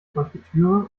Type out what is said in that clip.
konfitüre